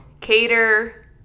Cater